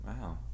wow